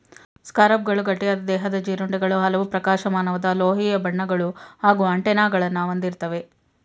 ಸ್ಕಾರಬ್ಗಳು ಗಟ್ಟಿಯಾದ ದೇಹದ ಜೀರುಂಡೆಗಳು ಹಲವು ಪ್ರಕಾಶಮಾನವಾದ ಲೋಹೀಯ ಬಣ್ಣಗಳು ಹಾಗೂ ಆಂಟೆನಾಗಳನ್ನ ಹೊಂದಿರ್ತವೆ